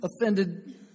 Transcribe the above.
offended